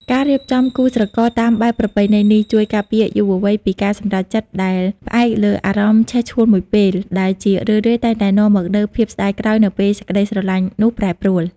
ការរៀបចំគូស្រករតាមបែបប្រពៃណីនេះ ជួយការពារយុវវ័យពីការសម្រេចចិត្តដែលផ្អែកលើ "អារម្មណ៍ឆេះឆួលមួយពេល" ដែលជារឿយៗតែងតែនាំមកនូវភាពស្ដាយក្រោយនៅពេលសេចក្ដីស្រឡាញ់នោះប្រែប្រួល។